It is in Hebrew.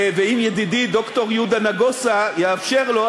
ואם ידידי ד"ר נגוסה יאפשר לו,